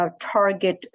target